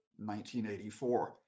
1984